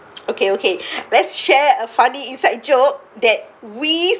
okay okay let's share a funny inside joke that we